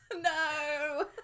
No